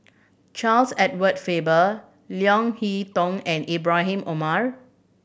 Charles Edward Faber Leo Hee Tong and Ibrahim Omar